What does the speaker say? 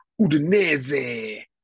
Udinese